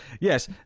Yes